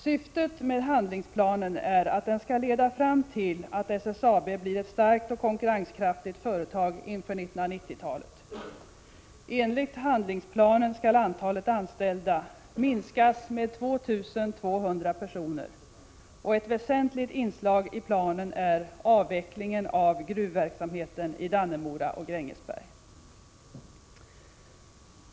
Syftet med handlingsplanen är att den skall leda fram till att SSAB blir ett starkt och konkurrenskraftigt företag inför 1990-talet. Enligt handlingsplanen skall antalet anställda minskas med 2 200 personer, och ett väsentligt inslag i planen är avvecklingen av gruvverksamheten i Dannemora och Grängesberg.